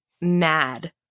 mad